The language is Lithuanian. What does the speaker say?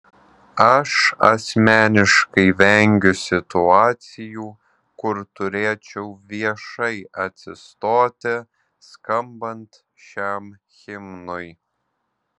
aš asmeniškai vengiu situacijų kur turėčiau viešai atsistoti skambant šiam himnui